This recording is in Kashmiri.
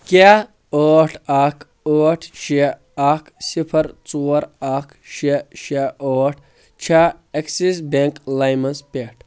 کیاہ ٲٹھ اکھ ٲٹھ شےٚ اکھ صِفر ژور اکھ شےٚ شےٚ ٲٹھ چھےٚ ایٚکسِس بینٚک لایمس پیٹھ